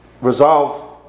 resolve